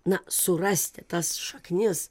na surasti tas šaknis